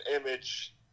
image